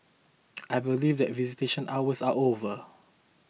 I believe that visitation hours are over